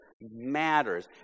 matters